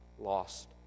lost